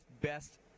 best